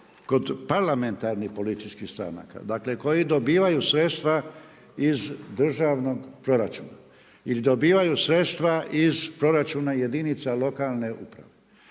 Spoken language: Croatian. kod parlamentarnih političkih stranaka, dakle koji dobivaju sredstva iz državnog proračuna ili dobivaju sredstva iz proračuna jedinica lokalne uprave.